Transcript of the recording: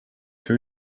two